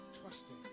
trusting